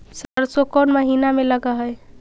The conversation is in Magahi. सरसों कोन महिना में लग है?